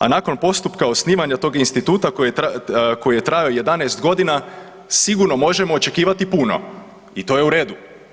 A nakon postupka osnivanja tog instituta koji je trajao 11.g. sigurno možemo očekivati puno i to je u redu.